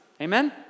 Amen